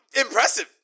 Impressive